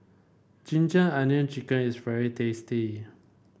ginger onion chicken is very tasty